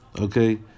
Okay